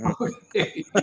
Okay